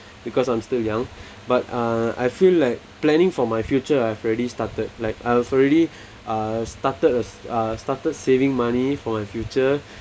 because I'm still young but uh I feel like planning for my future I've already started like I've already uh started uh started saving money for my future